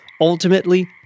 ultimately